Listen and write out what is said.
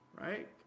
Right